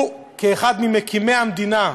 הוא, כאחד ממקימי המדינה,